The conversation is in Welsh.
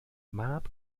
mab